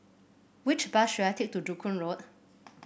which bus should I take to Joo Koon Road